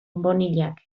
bonillak